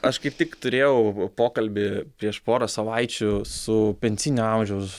aš kaip tik turėjau pokalbį prieš porą savaičių su pensinio amžiaus